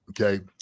okay